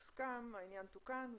העליונה.